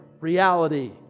reality